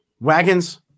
Wagons